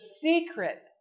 secret